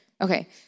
Okay